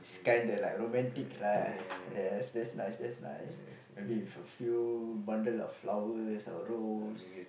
it's kind of like romantic lah yes that's nice that's nice maybe with a few bundle of flowers or rose